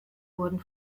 wurden